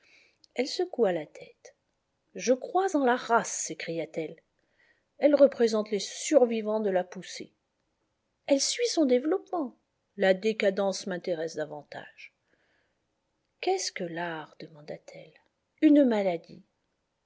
elle secoua la tête je crois en la race s'écria-t-elle elle représente les survivants de la poussée elle suit son développement la décadence m'intéresse davantage qu'est-ce que l'art demanda-t-elle une maladie